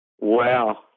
Wow